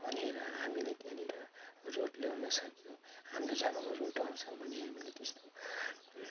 हामीले त्यहाँनिर रोड ल्याउन सक्यौँ हाम्रो जग्गामा रोड आउँछ भने हामीले त्यस्तो